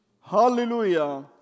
Hallelujah